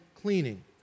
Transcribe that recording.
cleaning